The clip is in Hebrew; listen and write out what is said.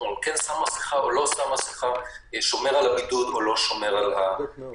כן שם מסיכה או לא שם מסיכה או שומר על הבידוד או לא שומר על הבידוד.